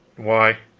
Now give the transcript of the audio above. why,